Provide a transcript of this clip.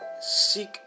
seek